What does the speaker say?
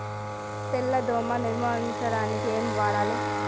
తెల్ల దోమ నిర్ములించడానికి ఏం వాడాలి?